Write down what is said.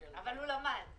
אבל הוא למד.